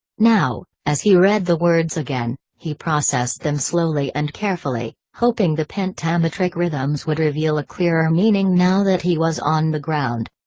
now, as he read the words again, he processed them slowly and carefully, hoping the pentametric rhythms would reveal a clearer meaning now that he was on the ground.